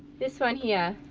this one here,